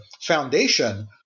foundation